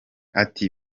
ati